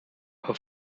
her